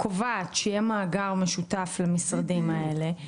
שקובעת שיהיה מאגר משותף למשרדים האלה,